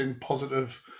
positive